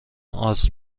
آسم